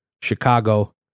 Chicago